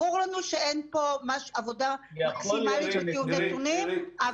ברור לנו שאין פה עבודה מקסימלית של טיוב נתונים --- אירית,